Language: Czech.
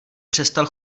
přestal